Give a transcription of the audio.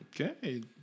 Okay